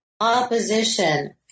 opposition